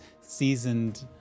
seasoned